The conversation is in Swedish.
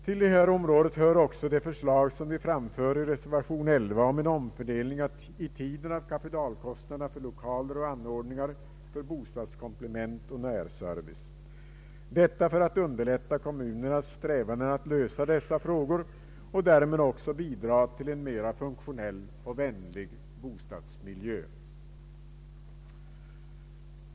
Till detta område hör också det förslag som vi framför i reservation 11 rörande en omfördelning i tiden av kapitalkostnaderna för lokaler och anordningar för bostadskomplement och närservice, detta för att underlätta kommunernas strävan att lösa dessa frågor och därmed också bidra till en mera funktionell och vänlig bostadsmiljö.